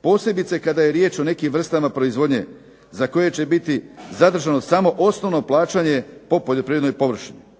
posebice kada je riječ o nekim vrstama proizvodnje za koje će biti zadržano samo osnovno plaćanje po poljoprivrednoj površini.